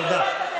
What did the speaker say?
תודה.